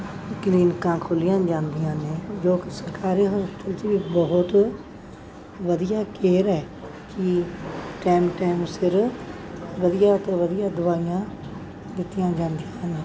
ਕਲੀਨਿਕਾਂ ਖੋਲ੍ਹੀਆਂ ਜਾਂਦੀਆਂ ਨੇ ਜੋ ਕਿ ਸਰਕਾਰੀ ਹੌਸਪਿਟਲ 'ਚ ਵੀ ਬਹੁਤ ਵਧੀਆ ਕੇਅਰ ਹੈ ਕਿ ਟੈਮ ਟੈਮ ਸਿਰ ਵਧੀਆ ਤੋਂ ਵਧੀਆ ਦਵਾਈਆਂ ਦਿੱਤੀਆਂ ਜਾਂਦੀਆਂ ਹਨ